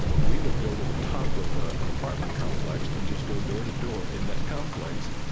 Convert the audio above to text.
we would go to the top of ah an apartment complex and just go door to door in that complex.